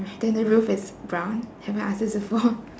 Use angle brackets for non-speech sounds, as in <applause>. <breath> then the roof is brown have I asked this before <laughs>